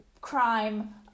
crime